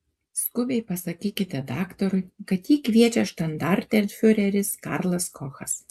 skubiai pasakykite daktarui kad jį kviečia štandartenfiureris karlas kochas